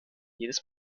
jedes